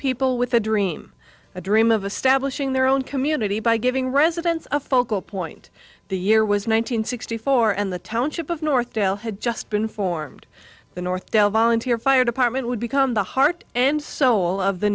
people with a dream a dream of a stablish in their own community by giving residents a focal point the year was one nine hundred sixty four and the township of north dale had just been formed the north del volunteer fire department would become the heart and soul of the